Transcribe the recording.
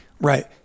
Right